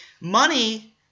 money